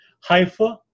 Haifa